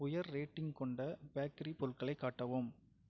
உயர் ரேட்டிங் கொண்ட பேக்கரி பொருட்களைக் காட்டவும்